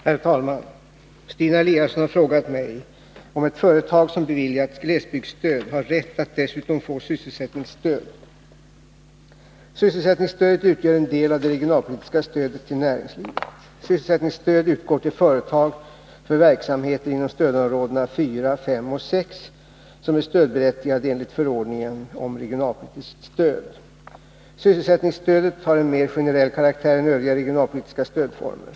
Herr talman! Stina Eliasson har frågat mig om ett företag som beviljats glesbygdsstöd har rätt att dessutom få sysselsättningsstöd. Sysselsättningsstödet utgör en del av det regionalpolitiska stödet till näringslivet. Sysselsättningsstöd utgår till företag för verksamheter inom stödområdena 4, 5 och 6 som är stödberättigade enligt förordningen om regionalpolitiskt stöd. Sysselsättningsstödet har en mer generell karaktär än övriga regionalpolitiska stödformer.